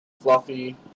fluffy